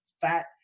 fat